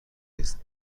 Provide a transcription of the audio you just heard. تست